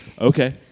Okay